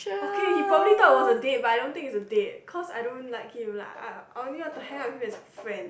okay he probably thought was a date but I don't think it's a date cause I don't like him like I I only want to hang out with him as a friend